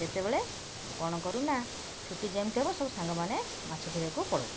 ସେତେବେଳେ କ'ଣ କରୁନା ଛୁଟି ଯେମିତି ହବ ସବୁ ସାଙ୍ଗମାନେ ମାଛ ଧରିବାକୁ ପଳାଉ